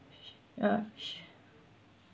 ya sh~